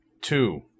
two